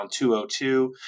202